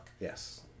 Yes